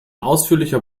ausführlicher